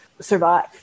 survive